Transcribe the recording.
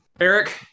eric